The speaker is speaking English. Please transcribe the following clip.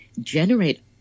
generate